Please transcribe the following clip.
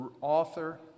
author